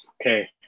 Okay